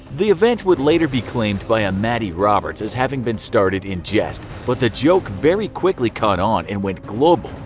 the event would later be claimed by a matty roberts as having been started in jest, but the joke very quickly caught on and went global.